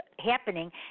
happening